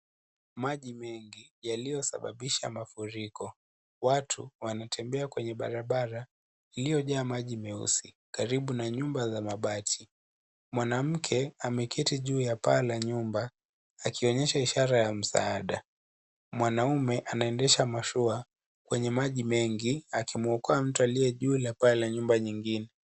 Maji mengi yaliyosababisha mafuriko. Watu wanatembea kwenye barabara iliyojaa maji meusi karibu na nyumba za mabati. Mwanamke ameketi juu ya paa la nyumba akionyesha ishara ya msaada. Mwanaume anaendesha mashua kwenye maji mengi akimwokoa mtu aliye juu la paa la jumba nyingine.